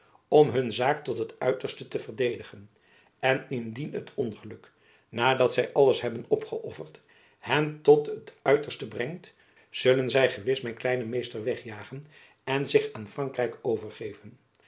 om hun zaak tot het uiterste te verdedigen en indien het ongeluk nadat zy alles hebben opgeöfferd hen tot het uiterste brengt zullen zy gewis mijn kleinen meester wegjagen en zich aan frankrijk overgeven